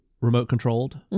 remote-controlled